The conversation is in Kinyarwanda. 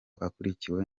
akurikiwe